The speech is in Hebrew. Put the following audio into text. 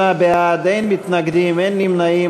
68 בעד, אין מתנגדים, אין נמנעים.